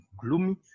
gloomy